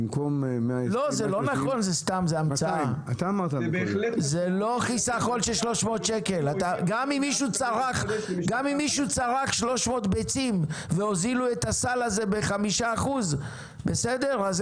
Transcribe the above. במקום 130 זה 200. זה לא נכון,